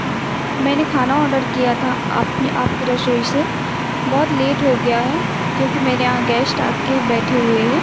हाँ मैंने खाना ऑर्डर किया था आपने आपकी रसोई से बहुत लेट हो गया है क्योंकि मेरे यहाँ गेस्ट आकर बैठे हुए हैं